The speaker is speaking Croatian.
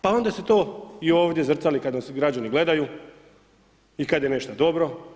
Pa onda se to i ovdje zrcali kada nas građani gledaju i kada je nešto dobro.